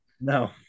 No